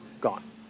gone